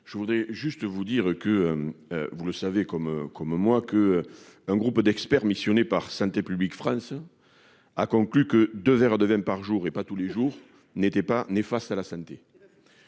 ce qui a été dit. Vous savez comme moi qu'un groupe d'experts missionné par Santé publique France a conclu que boire deux verres de vin par jour, et pas tous les jours, n'était pas néfaste à la santé.